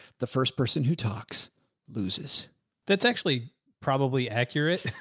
the first person who talks loses that's actually probably accurate.